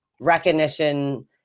recognition